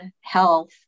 health